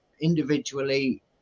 individually